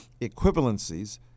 equivalencies